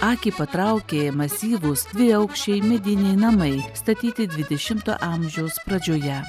akį patraukė masyvūs dviaukščiai mediniai namai statyti dvidešimto amžiaus pradžioje